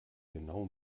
genau